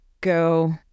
go